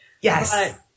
Yes